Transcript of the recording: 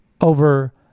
over